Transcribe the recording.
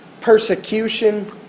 persecution